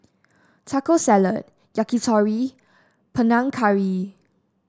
Taco Salad Yakitori Panang Curry